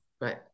Right